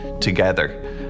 together